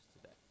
today